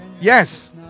Yes